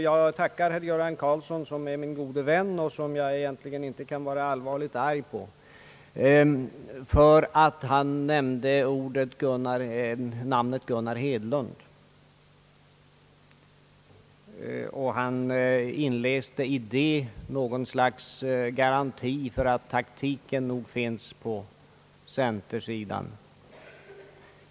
Jag tackar herr Göran Karlsson, som är min gode vän och som jag egentligen inte kan vara allvarligt arg på, för att han nämnde namnet Gunnar Hedlund. Han inläste i det något slags garanti för att taktiken nog finns på centersidan.